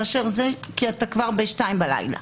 למשל שתיים בלילה.